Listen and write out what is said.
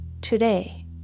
Today